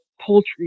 poultry